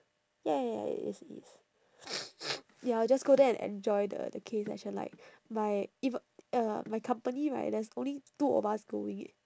ya ya ya ya it is it is ya I will just go there and enjoy the the K session like my eve~ uh my company right there's only two of us going eh